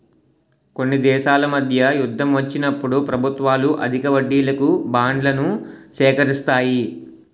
కొన్ని దేశాల మధ్య యుద్ధం వచ్చినప్పుడు ప్రభుత్వాలు అధిక వడ్డీలకు బాండ్లను సేకరిస్తాయి